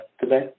today